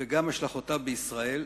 וגם השלכותיו בישראל,